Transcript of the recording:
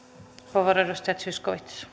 arvoisa